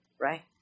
right